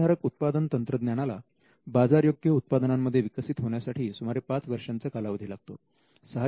परवानाधारक उत्पादन तंत्रज्ञानाला बाजारयोग्य उत्पादनांमध्ये विकसित होण्यासाठी सुमारे पाच वर्षांचा कालावधी लागतो